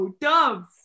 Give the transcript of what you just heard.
Doves